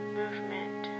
movement